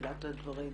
בתחילת הדברים,